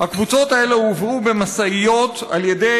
הקבוצות האלה הובאו במשאיות על ידי